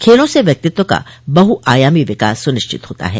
खेलों से व्यक्तित्व का बहुआयामी विकास सुनिश्चित होता है